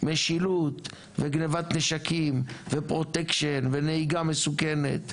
משילות וגניבת נשקים ופרוטקשן ונהיגה מסוכנת,